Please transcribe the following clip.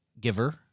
giver